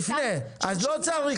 מדיניות